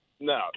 No